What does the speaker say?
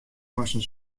moasten